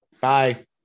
Bye